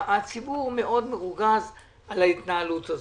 הציבור מאוד מרוגז על ההתנהלות הזאת.